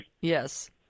yes